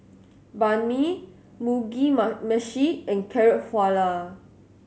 Banh Mi Mugi Meshi and Carrot Halwa